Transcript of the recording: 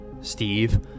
Steve